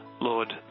lord